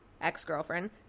ex-girlfriend